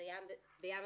בים התיכון.